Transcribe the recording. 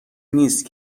نیست